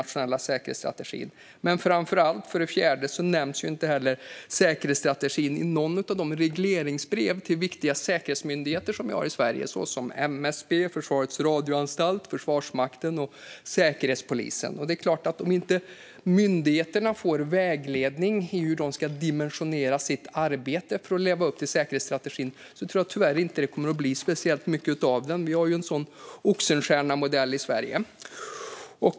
För det fjärde: Framför allt nämns inte säkerhetsstrategin i något av de regleringsbrev till viktiga säkerhetsmyndigheter som vi har i Sverige, såsom MSB, Försvarets radioanstalt, Försvarsmakten och Säkerhetspolisen. Om inte myndigheterna får vägledning i hur de ska dimensionera sitt arbete för att leva upp till säkerhetsstrategin tror jag tyvärr inte att det kommer att bli speciellt mycket av den. Vi har ju en sådan Oxenstiernamodell i Sverige.